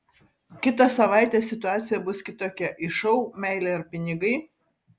kitą savaitę situacija bus kitokia į šou meilė ar pinigai